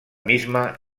misma